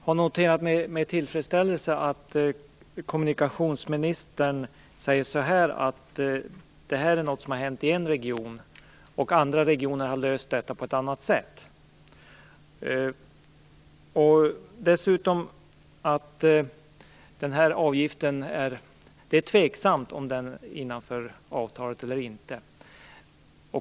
Fru talman! Jag har med tillfredsställelse noterat att kommunikationsministern säger att detta är något som har hänt i en region. Andra regioner har löst detta på ett annat sätt. Dessutom är det tveksamt om avgiften ryms inom avtalet eller inte.